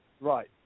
Right